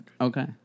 Okay